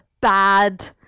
bad